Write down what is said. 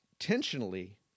intentionally